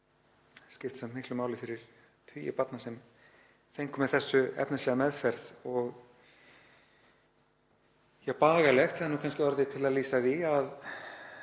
skipti samt miklu máli fyrir tugi barna sem fengu með þessu efnislega meðferð og bagalegt, það er nú kannski orðið til að lýsa því, að